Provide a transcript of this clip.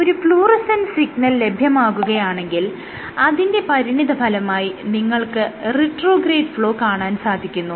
ഒരു fluorescent signal ലഭ്യമാകുകയാണെങ്കിൽ അതിന്റെ പരിണിതഫലമായി നിങ്ങൾക്ക് റിട്രോഗ്രേഡ് ഫ്ലോ കാണാൻ സാധിക്കുന്നു